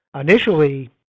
initially